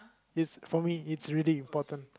it's for me it's really important